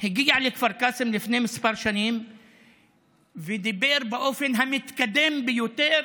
הגיע לכפר קאסם לפני כמה שנים ודיבר באופן המתקדם ביותר